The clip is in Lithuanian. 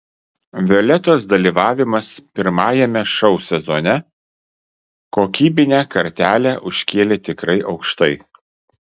violetos dalyvavimas pirmajame šou sezone kokybinę kartelę užkėlė tikrai aukštai